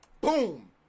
boom